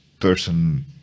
person